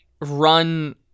run